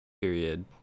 period